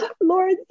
Lord